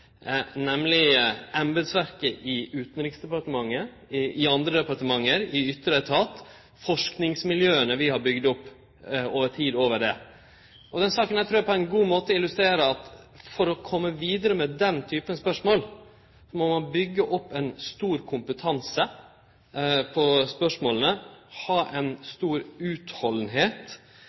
nemleg embetsverket i Utanriksdepartementet, i andre departement, i ytre etatar og i forskingsmiljøa vi har bygd opp i tid over dette. Denne saka trur eg på ein god måte illustrerer at for å kome vidare med den typen spørsmål, må ein byggje opp ein stor kompetanse på spørsmåla,